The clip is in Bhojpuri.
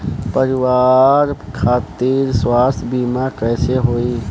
परिवार खातिर स्वास्थ्य बीमा कैसे होई?